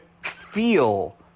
feel